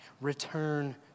Return